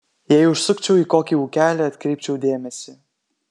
jei užsukčiau į kokį ūkelį atkreipčiau dėmesį